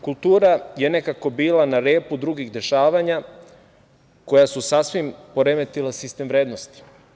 Kultura je nekako bila na repu drugih dešavanja koja su sasvim poremetila sistem vrednosti.